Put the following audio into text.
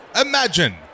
Imagine